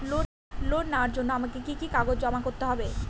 Loan নেওয়ার জন্য আমাকে কি কি কাগজ জমা করতে হবে?